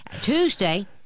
Tuesday